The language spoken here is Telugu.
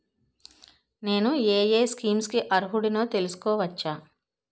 నేను యే యే స్కీమ్స్ కి అర్హుడినో తెలుసుకోవచ్చా?